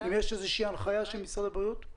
אם יש איזושהי הנחיה של משרד הבריאות?